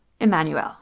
Emmanuel